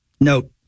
Note